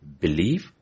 believe